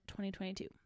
2022